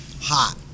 hot